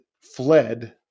fled